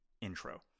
intro